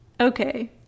Okay